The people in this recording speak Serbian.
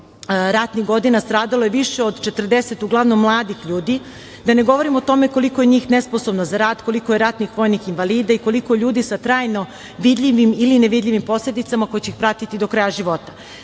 ratnih godina stradalo je više od 40 uglavnom mladih ljudi. Da ne govorim o tome koliko njih je nesposobno za rad, koliko je ratnih vojnih invalida i koliko ljudi sa trajno vidljivim ili nevidljivim posledicama koje će ih pratiti do kraja života. Mnogi